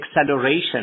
acceleration